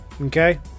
okay